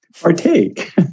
Partake